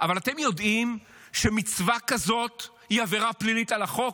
אבל אתם יודעים שמצווה כזאת היא עבירה פלילית על החוק?